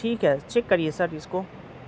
ٹھیک ہے چیک کریے سر اس کو